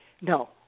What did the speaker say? No